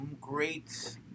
great